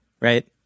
right